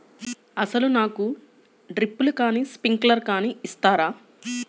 అసలు నాకు డ్రిప్లు కానీ స్ప్రింక్లర్ కానీ ఇస్తారా?